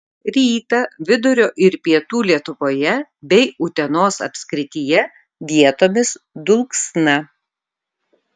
rytą vidurio ir pietų lietuvoje bei utenos apskrityje vietomis dulksna